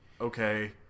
Okay